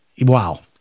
Wow